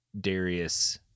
Darius